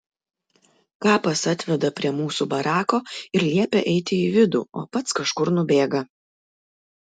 kapas atveda prie mūsų barako ir liepia eiti į vidų o pats kažkur nubėga